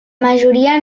majoria